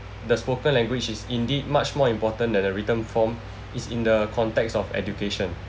the spoken language is indeed much more important that the written form is in the context of education